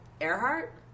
Earhart